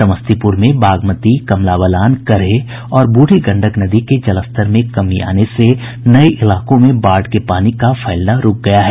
समस्तीपुर में बागमती कमला बलान करेह और बूढ़ी गंडक नदी के जलस्तर में कमी आने से नये इलाकों में बाढ़ के पानी का फैलना रूक गया है